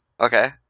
Okay